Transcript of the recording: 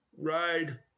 ride